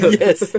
yes